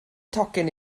tocyn